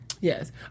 Yes